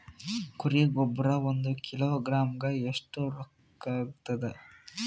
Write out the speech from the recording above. ಕುರಿ ಗೊಬ್ಬರ ಒಂದು ಕಿಲೋಗ್ರಾಂ ಗ ಎಷ್ಟ ರೂಕ್ಕಾಗ್ತದ?